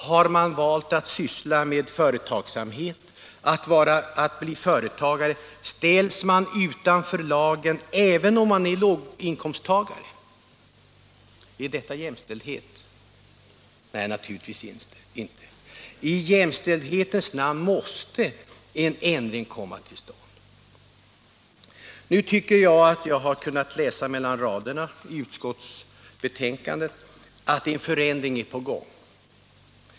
Har man valt att syssla med företagsamhet, att bli företagare, ställs man utanför den här lagen, även om man är låginkomsttagare. Är detta jämställdhet? Nej, naturligtvis inte. I jämställdhetens namn måste en ändring komma till stånd. Nu tycker jag mig kunna läsa mellan raderna i utskottsbetänkandet att en förändring är på gång.